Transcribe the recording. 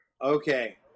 Okay